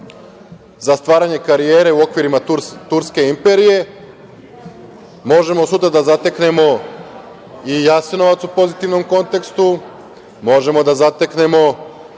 za stvaranje karijere u okvirima turske imperije. Možemo sutra da zateknemo i Jasenovac u pozitivnom kontekstu. Možemo da zateknemo